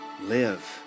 live